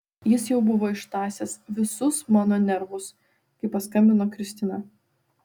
jis jau buvo ištąsęs visus mano nervus kai paskambino kristina